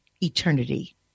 eternity